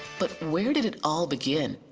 but where did it all begin?